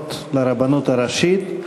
הבחירות לרבנות הראשית,